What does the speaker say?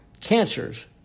cancers